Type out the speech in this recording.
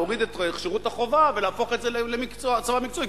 להוריד את שירות החובה ולהפוך את זה לצבא מקצועי.